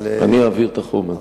אני אעביר את החומר.